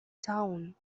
town